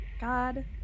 god